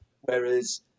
Whereas